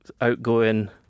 outgoing